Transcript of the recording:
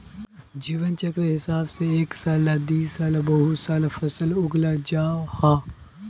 जीवन चक्रेर हिसाब से एक साला दिसाला बहु साला फसल उगाल जाहा